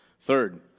Third